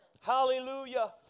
Hallelujah